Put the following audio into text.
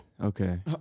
Okay